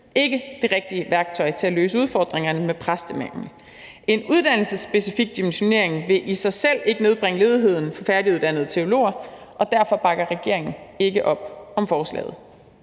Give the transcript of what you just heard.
ikke det rigtige værktøj til at løse udfordringerne med præstemangel. En uddannelsesspecifik dimensionering vil i sig selv ikke nedbringe ledigheden for færdiguddannede teologer, og derfor bakker regeringen ikke op om forslaget.